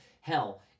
Hell